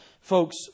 Folks